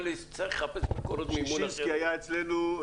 ששינסקי היה אצלנו,